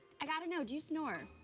i gotta know, do you snore?